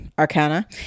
arcana